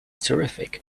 terrific